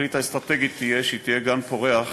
והתכלית האסטרטגית תהיה שהיא תהיה גן פורח